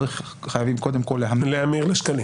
חייבים קודם כל להמיר לשקלים.